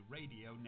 Radio